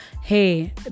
hey